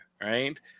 right